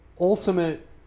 Ultimate